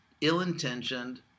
ill-intentioned